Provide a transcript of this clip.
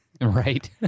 right